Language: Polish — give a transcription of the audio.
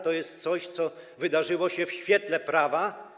To jest coś, co wydarzyło się w świetle prawa.